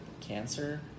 cancer